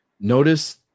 notice